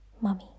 Mummy